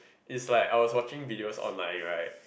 is like I was watching videos online right